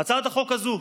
בהצעת החוק הזאת,